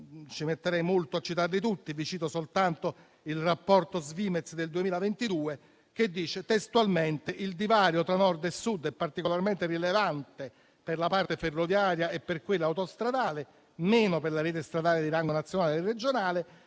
Ci metterei molto a citarle tutte; cito soltanto il rapporto Svimez del 2022, che dice testualmente che il divario tra Nord e Sud è particolarmente rilevante per la parte ferroviaria e per quella autostradale, meno per la rete stradale di rango nazionale e regionale,